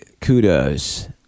kudos